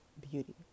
beauty